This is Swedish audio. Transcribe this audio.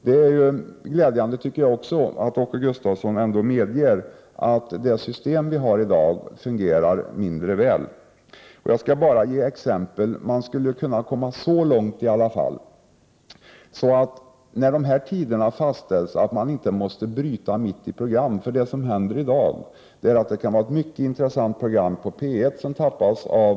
Det är glädjande att Åke Gustavsson verkligen medger att dagens system fungerar mindre väl. Jag skall ge ett exempel. Man skulle i alla fall kunna komma så långt att man vid fastställande av tiderna inte behöver bryta de program som sänds. Vad som händer i dag är att P 4 tappar ett mycket intressant program från P 1.